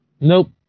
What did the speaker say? nope